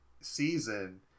season